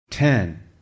Ten